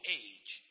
age